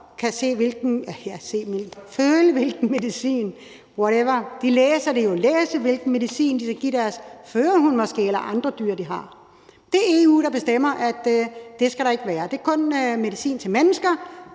også blinde mennesker kan læse, hvilken medicin de vil give deres førerhund måske, eller andre dyr, de måtte have. Det er EU, der bestemmer, at det skal der ikke være. Det er kun medicin til mennesker,